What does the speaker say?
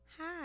hi